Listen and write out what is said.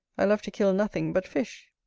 i love to kill nothing but fish.